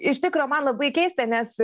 iš tikro man labai keista nes